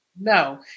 No